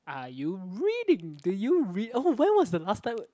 are you reading do you read oh when was the last time